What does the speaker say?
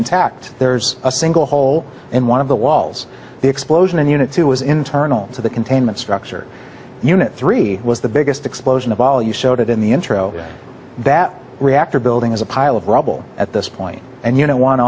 intact there's a single hole in one of the walls the explosion in the unit two was internal to the containment structure unit three was the biggest explosion of all you showed it in the intro that reactor building is a pile of rubble at this point and you know